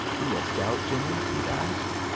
you a scout, jimmie? he asked.